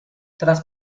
tras